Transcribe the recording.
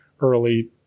early